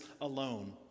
alone